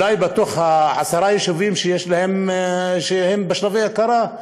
מעשרת היישובים שהם בשלבי הכרה,